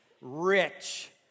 rich